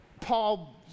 Paul